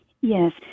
Yes